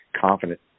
confident